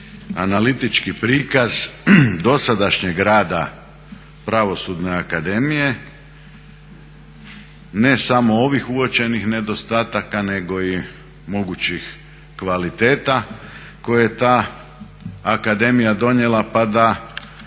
analitički prikaz dosadašnjeg rada Pravosudne akademije, ne samo ovih uočenih nedostataka nego i mogućih kvaliteta koje je ta akademija donijela pa da